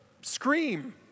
scream